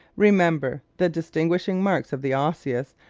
remember, the distinguishing marks of the osseous,